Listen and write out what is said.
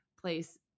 place